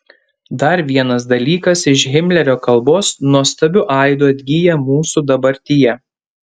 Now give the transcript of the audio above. dar vienas dalykas iš himlerio kalbos nuostabiu aidu atgyja mūsų dabartyje